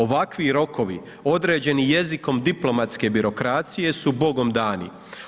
Ovakvi rokovi određeni jezikom diplomatske birokracije su Bogom dani.